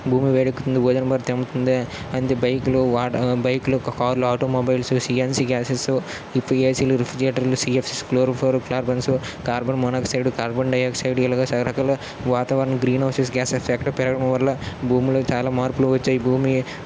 భూమి వేడెక్కుతుంది ఓజోన్ పొర తెమ్ముతుంది అండ్ బైకులు వాట బైక్లు కార్లు ఆటోమొబైల్స్ సీఎన్సీ గాసేస్సు ఏసీలు రిఫ్రిజిరేటర్లు CFC chlorofluorocarbons carbon monoxide carbon dioxide ఇలాగా చాలా రకాల వాతావరణ గ్రీన్ హౌసేస్ గ్యాస్ ఎఫెక్ట్ పెరగడం వల్ల భూమిలో చాలా మార్పులు వచ్చాయి భూమి